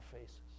faces